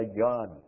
God